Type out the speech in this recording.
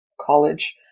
college